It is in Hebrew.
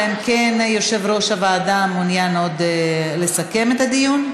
אלא אם כן יושב-ראש הוועדה מעוניין לסכם את הדיון.